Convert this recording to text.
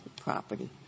property